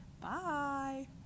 Bye